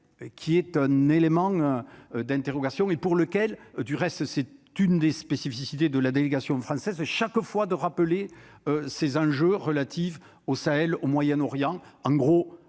qui est un élément d'interrogation et pour lequel, du reste, c'est une des spécificités de la délégation française, chaque fois, de rappeler ces enjeux relatifs au Sahel au Moyen-Orient, en gros,